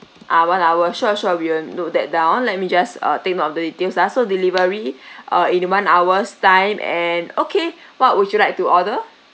ah one hour sure sure we will note that down let me just uh take note of the details ah so delivery uh in one hours time and okay what would you like to order